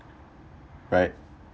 right